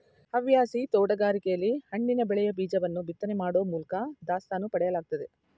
ಹವ್ಯಾಸಿ ತೋಟಗಾರಿಕೆಲಿ ಹಣ್ಣಿನ ಬೆಳೆಯ ಬೀಜವನ್ನು ಬಿತ್ತನೆ ಮಾಡೋ ಮೂಲ್ಕ ದಾಸ್ತಾನು ಪಡೆಯಲಾಗ್ತದೆ